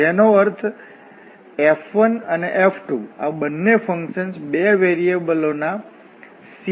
જેનો અર્થ F1 અને F2 આ બંને ફંક્શન્સ બે વેરીએબલોના C1 ફંક્શન્સ છે